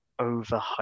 overhyped